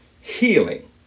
Healing